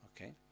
okay